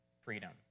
freedom